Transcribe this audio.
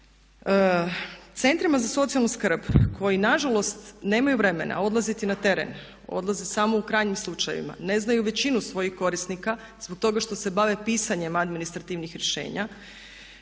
Centrima za socijalnu skrb koji nažalost nemaju vremena odlaziti na teren, odlaze samo u krajnjim slučajevima, ne znaju većinu svojih korisnika zbog toga što se bave pisanjem administrativnih rješenja